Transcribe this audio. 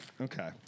Okay